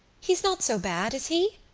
he's not so bad, is he?